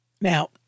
Now